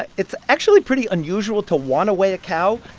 but it's actually pretty unusual to want to weigh a cow.